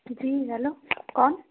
जी hello कौन